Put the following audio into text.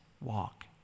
walk